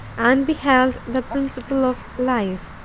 and beheld the principle of life,